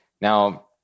Now